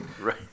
Right